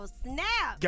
snap